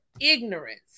ignorance